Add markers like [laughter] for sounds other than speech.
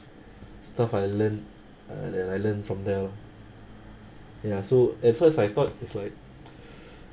stuff I learned uh I l~ I learned from them ya so at first I thought it's like [breath]